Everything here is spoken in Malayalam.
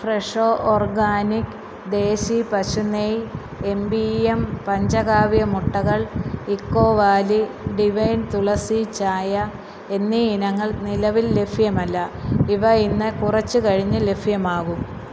ഫ്രെഷോ ഓർഗാനിക് ദേശി പശു നെയ് എം പി എം പഞ്ചകാവ്യ മുട്ടകൾ ഇക്കോ വാലി ഡിവൈൻ തുളസി ചായ എന്നീ ഇനങ്ങൾ നിലവിൽ ലഭ്യമല്ല ഇവ ഇന്ന് കുറച്ചു കഴിഞ്ഞ് ലഭ്യമാകും